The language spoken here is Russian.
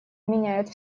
меняет